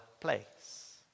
place